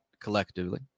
collectively